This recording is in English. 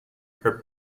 her